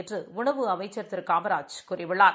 என்றுஉணவு அமைச்சர் திருகாமராஜ் கூறியுள்ளார்